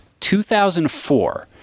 2004